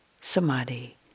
samadhi